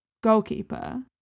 goalkeeper